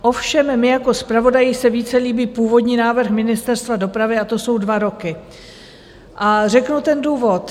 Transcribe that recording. Ovšem mně jako zpravodaji se více líbí původní návrh Ministerstva dopravy, a to jsou dva roky, a řeknu důvod.